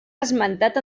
esmentat